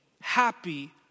happy